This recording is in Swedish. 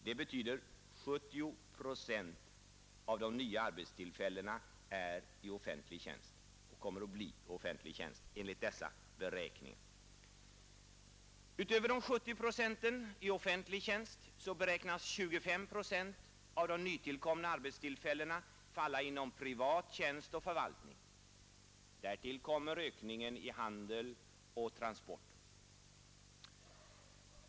Det betyder 70 procent. Utöver de 70 procenten i offentlig tjänst beräknas 25 procent av de nytillkomna arbetstillfällena falla på privat tjänst och förvaltning. Därtill kommer ökningen inom handel och transporter.